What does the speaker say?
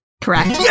Correct